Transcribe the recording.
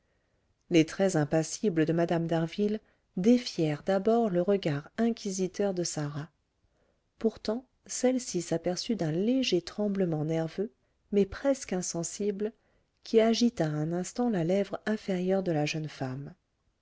les traits impassibles de mme d'harville défièrent d'abord le regard inquisiteur de sarah pourtant celle-ci s'aperçut d'un léger tremblement nerveux mais presque insensible qui agita un instant la lèvre inférieure de la jeune femme